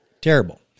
Terrible